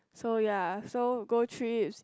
so ya so go trips